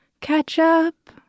ketchup